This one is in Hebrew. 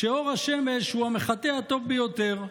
שאור השמש הוא המחטא הטוב ביותר.